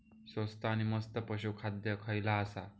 स्वस्त आणि मस्त पशू खाद्य खयला आसा?